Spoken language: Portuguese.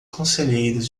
conselheiros